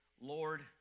Lord